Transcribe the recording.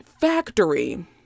factory